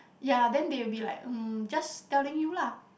ya then they will be like mm just telling you lah